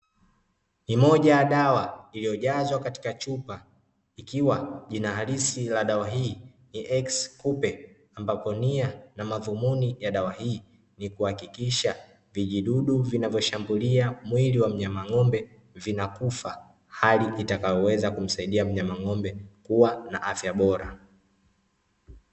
Ni moja ya dawa iliyojazwa katika chupa ikiwa jina halisi la dawa hii ni ''EX-KUPE'', ambapo nia na madhumuni ya dawa hii ni kuhakikisha vijidudu vinavyoshambulia mwili wa mnyama ng'ombe vinakufa, hali itakayomsaidia mnyama ng'ombe kuwa na afya bora.